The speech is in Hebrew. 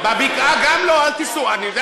בבקעה גם לא, אל תיסעו.